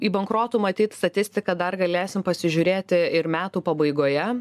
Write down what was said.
į bankrotų matyt statistiką dar galėsim pasižiūrėti ir metų pabaigoje